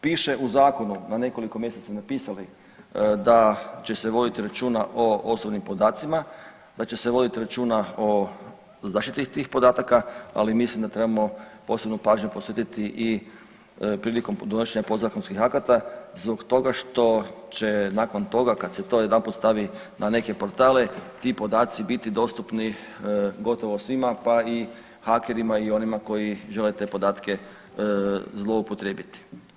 Piše u zakonu, na nekoliko mjesta ste napisali da će se vodit računa o osobnim podacima, da će se vodit računa o zaštiti tih podataka, ali mislim da trebamo posebnu pažnju posvetiti i prilikom donošenja podzakonskih akata zbog toga što će nakon toga kad se to jedanput stavi na neke portale ti podaci biti dostupni gotovo svima, pa i hakerima i onima koji žele te podatke zloupotrijebiti.